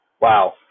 Wow